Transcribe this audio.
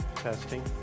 Testing